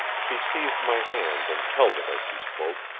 she seized my hand and held it as she spoke,